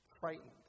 frightened